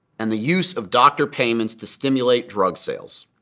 and the use of doctor payments to stimulate drug sales.